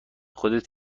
خودت